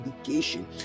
education